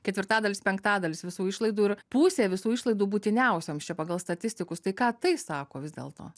ketvirtadalis penktadalis visų išlaidų ir pusė visų išlaidų būtiniausioms čia pagal statistikus tai ką tai sako vis dėlto